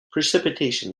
precipitation